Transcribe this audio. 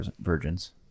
virgins